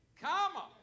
comma